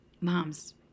Moms